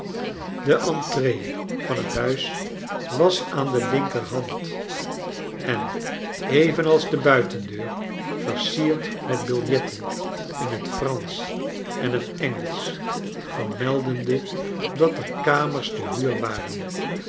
de entree van het huis was aan de linkerhand en evenals de buitendeur versierd met biljetten in het fransch en het engelsch vermelde'nde dat er kamers te huur waren